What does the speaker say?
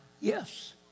Yes